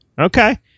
Okay